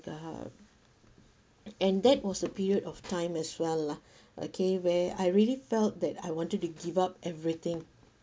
the and that was the period of time as well lah okay where I really felt that I wanted to give up everything